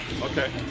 Okay